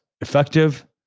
effective